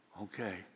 okay